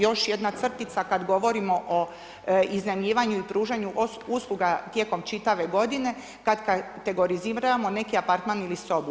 Još jedna crtica kad govorimo o iznajmljivanju i pružanju usluga tijekom čitave godine kad kategoriziramo neki apartman ili sobu.